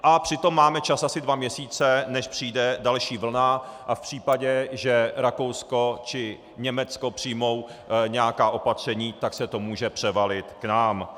A přitom máme čas asi dva měsíce, než přijde další vlna, a v případě, že Rakousko či Německo přijmou nějaká opatření, tak se to může převalit k nám.